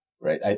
right